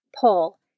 Paul